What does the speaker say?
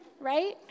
Right